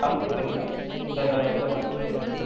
அனுச்சி விட்ருங்கம்மா சரி நான் வெச்சுட்றேங்க பேசிக்கலாம்